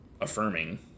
affirming